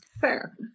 Fair